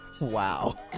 Wow